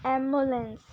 ambulance